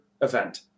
event